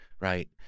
right